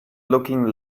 looking